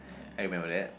I remember that